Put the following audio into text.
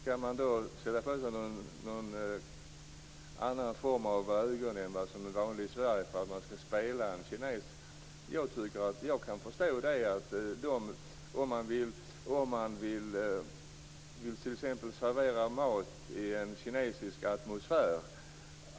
Men skall de som serverar då försöka få sina ögon att se ut på ett annat sätt än det som är vanligt i Sverige för att de skall se ut som kineser?